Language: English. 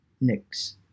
Next